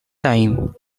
time